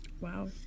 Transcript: Wow